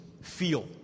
feel